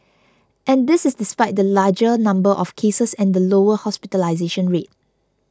and this is despite the larger number of cases and the lower hospitalisation rate